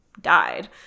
died